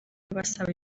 basaba